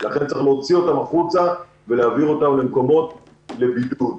לכן צריך להוציא אותם החוצה ולהעביר אותם למקומות אחרים לבידוד.